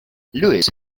lewis